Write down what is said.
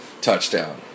touchdown